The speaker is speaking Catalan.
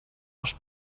les